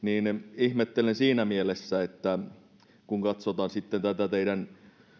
ihmettelen siinä mielessä että kun katsotaan tätä teidän